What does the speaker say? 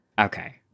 Okay